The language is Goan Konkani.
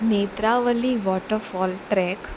Netravali waterfall track